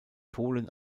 polen